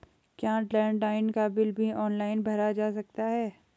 क्या लैंडलाइन का बिल भी ऑनलाइन भरा जा सकता है?